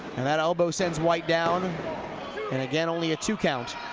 and that elbow send whyt down and and again only a two count